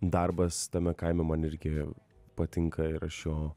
darbas tame kaime man irgi patinka ir aš jo